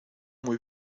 muy